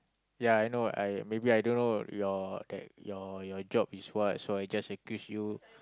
yeah I know I maybe I don't know your your your job is what so I just accused you